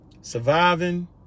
surviving